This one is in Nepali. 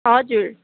हजुर